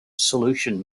solution